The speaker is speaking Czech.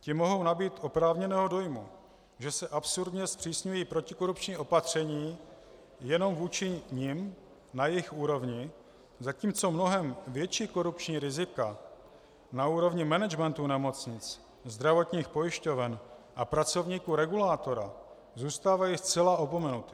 Ti mohou nabýt oprávněného dojmu, že se absurdně zpřísňují protikorupční opatření jenom vůči nim, na jejich úrovni, zatímco mnohem větší korupční rizika na úrovni managementu nemocnic, zdravotních pojišťoven a pracovníků regulátora zůstávají zcela opomenuty.